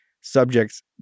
subjects